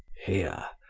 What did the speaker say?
here,